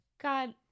God